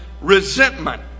resentment